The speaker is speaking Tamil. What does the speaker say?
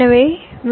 எனவே வி